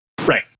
Right